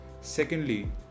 Secondly